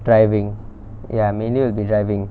driving ya mainly will be driving